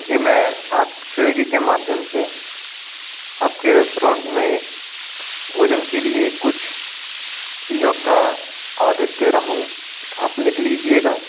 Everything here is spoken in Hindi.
जी मैं आप स्विग्गी के माध्यम से आपके रेस्टोरोंट में भोजन के लिए कुछ चीजों का आदेश दे रहा हूँ आप लिख लीजिएगा